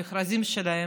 במכרזים שלהם,